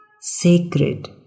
sacred